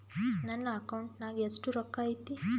ನನ್ನ ಅಕೌಂಟ್ ನಾಗ ಎಷ್ಟು ರೊಕ್ಕ ಐತಿ?